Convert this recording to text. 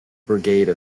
brigade